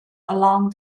along